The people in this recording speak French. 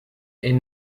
est